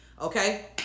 Okay